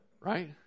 Right